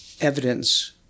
evidence